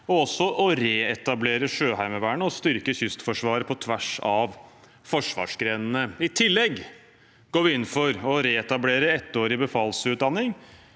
også å reetablere Sjøheimevernet og styrke Kystforsvaret på tvers av forsvarsgrenene. I tillegg går vi inn for å reetablere ettårig befalsutdanning,